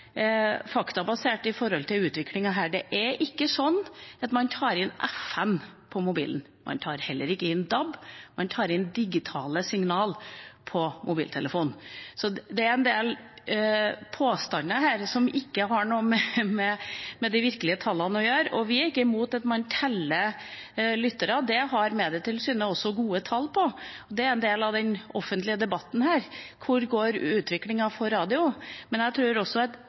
Det er ikke sånn at man tar inn FM på mobilen. Man tar heller ikke inn DAB. Man tar inn digitale signaler på mobilen. Det er en del påstander her som ikke har noe med de virkelige tallene å gjøre. Vi er ikke imot at man teller lyttere. Det har Medietilsynet også gode tall på. Det er en del av den offentlige debatten: Hvor går utviklingen for radio? Men jeg tror